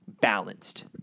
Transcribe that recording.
balanced